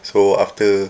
so after